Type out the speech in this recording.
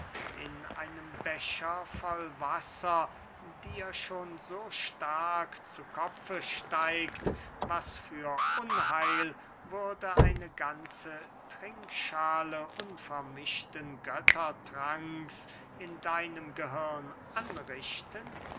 in einem becher voll wasser dir schon so stark zu kopfe steigt was für ein unheil würde eine ganze trinkschale unvermischten göttertranks in deinem gehirn anrichten